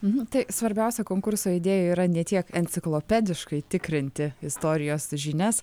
nu tai svarbiausia konkurso idėja yra ne tiek enciklopediškai tikrinti istorijos žinias